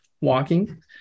walking